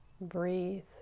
breathe